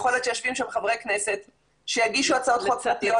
יכול להיות שיושבים שם חברי כנסת שיגישו הצעות חוק פרטיות,